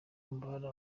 muri